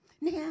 Now